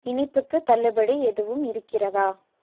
இனிப்புக்கு தள்ளுபடி எதுவும் இருக்கிறதா